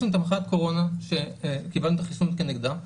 יש לנו את מחלת הקורונה שקיבלנו את החיסון כנגדה,